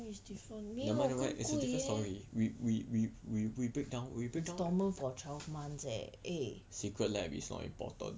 never mind never mind it's a different story we we we we we break down we break down lah Secret Lab is not important